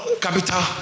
capital